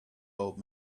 old